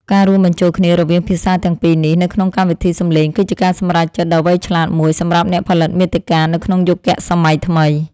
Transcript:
ការរួមបញ្ចូលគ្នារវាងភាសាទាំងពីរនេះនៅក្នុងកម្មវិធីសំឡេងគឺជាការសម្រេចចិត្តដ៏វៃឆ្លាតមួយសម្រាប់អ្នកផលិតមាតិកានៅក្នុងយុគសម័យថ្មី។